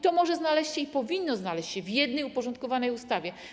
To może znaleźć i powinno znaleźć się w jednej uporządkowanej ustawie.